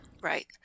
Right